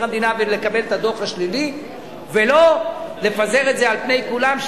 המדינה ולקבל את הדוח השלילי ולא לפזר את זה על פני כולם,